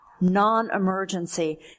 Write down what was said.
non-emergency